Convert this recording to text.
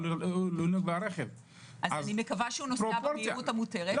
אני מקווה שהוא נוסע במהירות המותרת,